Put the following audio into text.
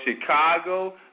Chicago